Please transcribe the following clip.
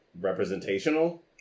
representational